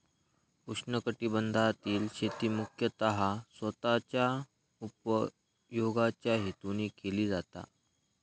उष्णकटिबंधातील शेती मुख्यतः स्वतःच्या उपयोगाच्या हेतून केली जाता